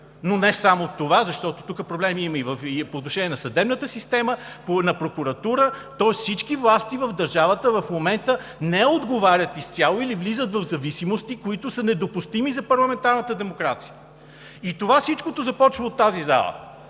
но не само това, защото тук проблеми има и по отношение на съдебната система, на прокуратурата. Тоест всички власти в държавата в момента не отговарят изцяло или влизат в зависимости, които са недопустими за парламентарната демокрация. И това всичкото започва от тази зала,